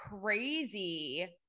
crazy